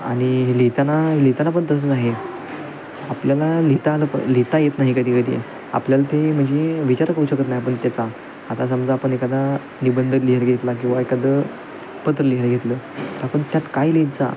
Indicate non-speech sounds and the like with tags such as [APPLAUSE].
आणि लिहिताना लिहिताना पण तसेच आहे आपल्याला लिहिता आलं पा लिहिता येत नाही कधी कधी आपल्याला ते म्हणजे विचार करू शकत नाही आपण त्याचा आता समजा आपण एखादा निबंध [UNINTELLIGIBLE] घेतला किंवा एखादे पत्र लिहायला घेतले तर आपण त्यात काय लिहित जा